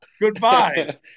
Goodbye